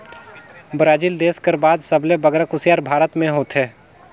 Brazil देस कर बाद सबले बगरा कुसियार भारत में होथे